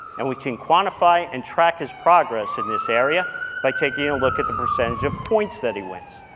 and we can quantify and track his progress in this area by taking a look at the percentage of points that he wins.